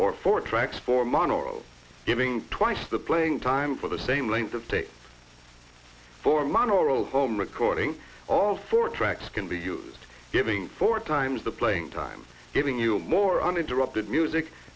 model giving twice the playing time for the same length of take home recording all four tracks can be used giving four times the playing time giving you more uninterrupted music